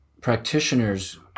practitioners